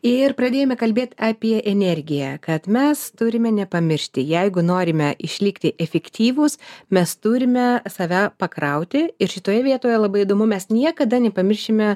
ir pradėjome kalbėt apie energiją kad mes turime nepamiršt jeigu norime išlikti efektyvūs mes turime save pakrauti ir šitoje vietoje labai įdomu mes niekada nepamiršime